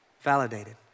validated